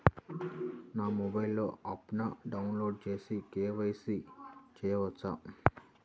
నా మొబైల్లో ఆప్ను డౌన్లోడ్ చేసి కే.వై.సి చేయచ్చా?